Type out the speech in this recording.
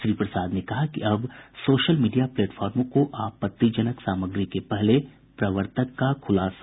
श्री प्रसाद ने कहा कि अब सोशल मीडिया प्लेटफार्मों को आपत्तिजनक सामग्री के पहले प्रवर्तक का खुलासा करना होगा